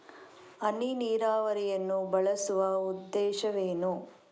ಹನಿ ನೀರಾವರಿಯನ್ನು ಬಳಸುವ ಉದ್ದೇಶವೇನು?